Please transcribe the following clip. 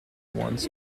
wants